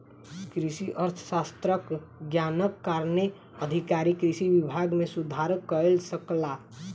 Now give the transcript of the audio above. कृषि अर्थशास्त्रक ज्ञानक कारणेँ अधिकारी कृषि विभाग मे सुधार कय सकला